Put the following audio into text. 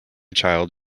child